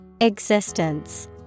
Existence